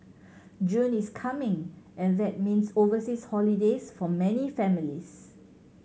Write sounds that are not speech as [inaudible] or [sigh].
[unintelligible] is coming and that means overseas holidays for many families